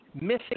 missing